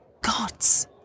Gods